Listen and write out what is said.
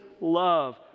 love